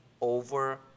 over